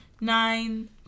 Nine